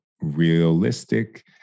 realistic